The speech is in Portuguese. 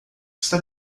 está